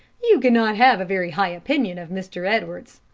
you cannot have a very high opinion of mr. edwards.